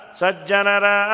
sajjanara